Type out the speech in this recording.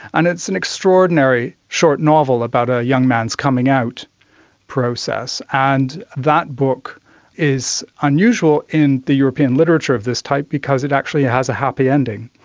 and it's an extraordinary short novel about a young man's coming out process. and that book is unusual in the european literature of this type because it actually has a happy ending.